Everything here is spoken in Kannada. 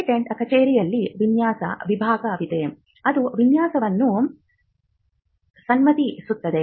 ಪೇಟೆಂಟ್ ಕಚೇರಿಯಲ್ಲಿ ವಿನ್ಯಾಸ ವಿಭಾಗವಿದೆ ಅದು ವಿನ್ಯಾಸವನ್ನು ಸಮ್ಮತಿಸುತ್ತದೆ